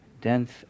dense